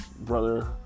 brother